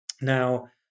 now